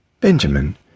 Benjamin